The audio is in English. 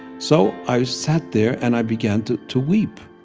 so i sat there and i began to to weep.